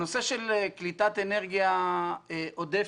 הנושא של קליטת אנרגיה עודפת.